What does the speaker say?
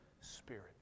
spirit